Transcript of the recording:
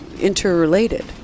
interrelated